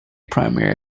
primary